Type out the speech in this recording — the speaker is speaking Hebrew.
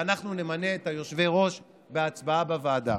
ואנחנו נמנה את יושבי-הראש בהצבעה בוועדה.